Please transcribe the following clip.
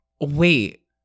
Wait